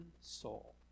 soul